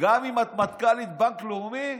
גם אם את מנכ"לית בנק לאומי,